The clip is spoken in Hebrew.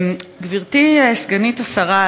גברתי סגנית השר,